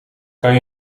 kan